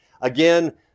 Again